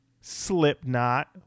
Slipknot